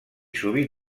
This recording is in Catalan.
sovint